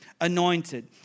anointed